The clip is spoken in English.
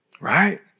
right